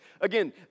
Again